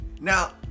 Now